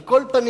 על כל פנים,